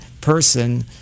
person